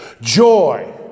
Joy